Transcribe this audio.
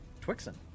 twixen